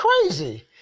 crazy